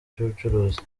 by’ubucuruzi